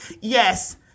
Yes